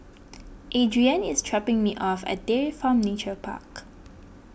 Adrienne is dropping me off at Dairy Farm Nature Park